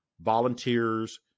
volunteers